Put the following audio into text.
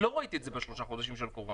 לא ראיתי את זה בשלושת החודשים של הקורונה.